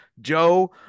joe